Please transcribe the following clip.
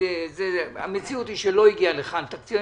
היא שלא הגיעה לכאן תקציב.